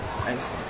thanks